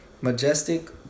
Majestic